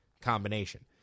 combination